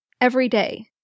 everyday